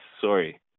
sorry